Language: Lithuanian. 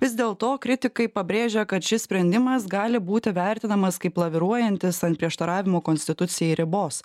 vis dėlto kritikai pabrėžia kad šis sprendimas gali būti vertinamas kaip laviruojantis ant prieštaravimo konstitucijai ribos